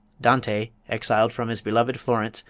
dante, exiled from his beloved florence,